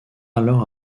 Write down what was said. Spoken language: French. alors